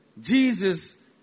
Jesus